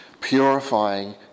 purifying